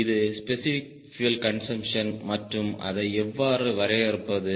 இது specific fuel consumption மற்றும் அதை எவ்வாறு வரையறுப்பது